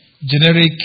generic